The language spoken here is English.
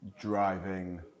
driving